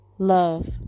love